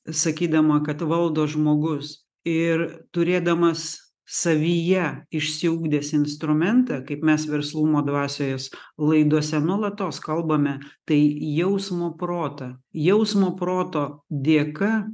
sakydama kad valdo žmogus ir turėdamas savyje išsiugdęs instrumentą kaip mes verslumo dvasios laidose nuolatos kalbame tai jausmo protą jausmo proto dėka